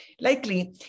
likely